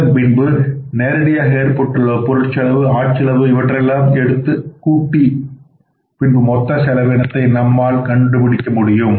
அதன்பின்பு நேரடியாக ஏற்பட்டுள்ள பொருட்செலவு ஆட்செலவு இவற்றையெல்லாம் எடுத்து கூட்டிய பின்பு மொத்த செலவினத்தை நாம் கண்டுபிடிக்க முடியும்